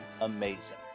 amazing